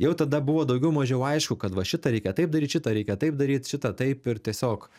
jau tada buvo daugiau mažiau aišku kad va šitą reikia taip daryt šitą reikia taip darytyt šitą taip ir tiesiog